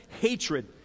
hatred